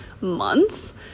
months